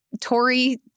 Tory